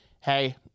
hey